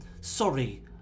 sorry